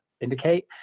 indicate